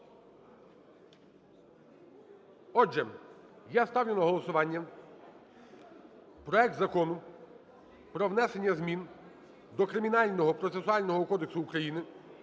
Отже, я ставлю на голосування проект Закону про внесення змін до Кримінального процесуального кодексу України